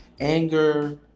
anger